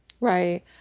Right